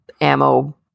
Ammo